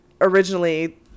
originally